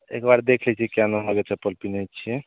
एक बार देख लै छियै कए नम्बरके चप्पल पिन्हय छियै